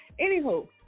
anywho